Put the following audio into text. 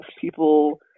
people